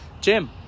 Jim